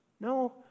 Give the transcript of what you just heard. No